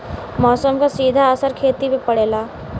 मौसम क सीधा असर खेती पे पड़ेला